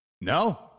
No